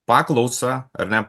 paklausą ar ne